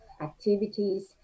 activities